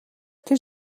тэр